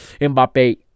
Mbappe